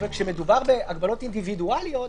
אבל כשמדובר בהגבלות אינדיבידואליות,